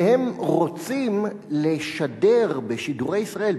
והם רוצים לשדר בשידורי ישראל,